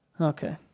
Okay